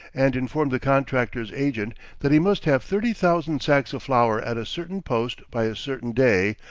and informed the contractors' agent that he must have thirty thousand sacks of flour at a certain post by a certain day,